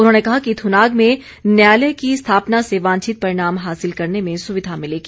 उन्होंने कहा कि थुनाग में न्यायालय की स्थापना से वांछित परिणाम हासिल करने में सुविधा मिलेगी